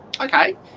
Okay